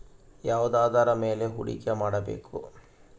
ಯಾವುದರ ಮೇಲೆ ಹೂಡಿಕೆ ಮಾಡಬೇಕು?